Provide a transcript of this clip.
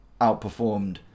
outperformed